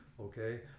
okay